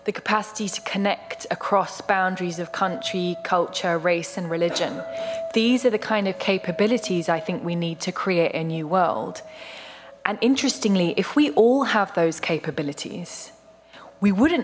the capacity to connect across boundaries of country culture race and religion these are the kind of capabilities i think we need to create a new world and interestingly if we all have those capabilities we wouldn't